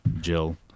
Jill